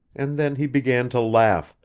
and then he began to laugh